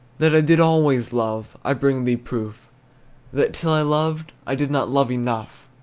that i did always love, i bring thee proof that till i loved i did not love enough.